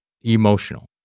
Emotional